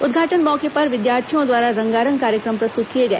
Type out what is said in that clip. उद्घाटन मौके पर विद्यार्थियों द्वारा रंगारंग कार्यक्रम प्रस्तुत किए गए